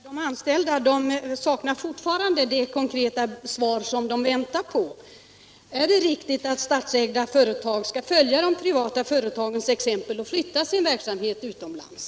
Herr talman! Jag vill säga till herr Wirtén att de anställda fortfarande saknar det konkreta svar de väntar på frågan: Är det riktigt av statsägda företag att följa de privata företagens exempel och flytta utomlands?